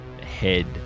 head